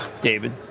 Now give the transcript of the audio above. David